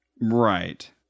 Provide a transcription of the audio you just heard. Right